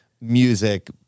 music